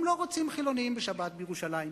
הם לא רוצים חילונים בשבת בירושלים,